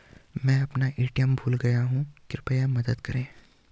मैं अपना ए.टी.एम भूल गया हूँ, कृपया मदद करें